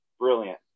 brilliant